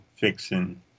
fixing